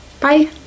Bye